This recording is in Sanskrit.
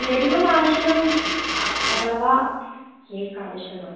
लड्डुकः आवश्यकम् अथवा केक् आवश्यकम्